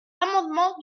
l’amendement